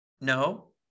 no